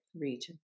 region